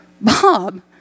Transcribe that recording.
Bob